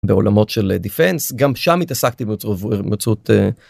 בעולמות של דיפנס גם שם התעסקתי בהימצאות.